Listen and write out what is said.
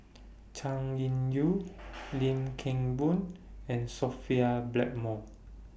Chay Weng Yew Lim Kim Boon and Sophia Blackmore